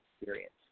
experience